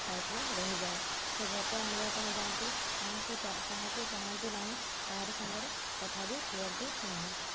ସାଇଟ୍ରେ ରହିଯାଏ ସେ ଘଟ ଆଣିବା ପାଇଁ ଯାଆନ୍ତି କାହାକୁ କାହାକୁ ଚାହାଁନ୍ତି ନାହିଁ କାହାରି ସାଙ୍ଗରେ କଥା ବି ହୁଅନ୍ତି ନାହିଁ